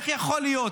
איך יכול להיות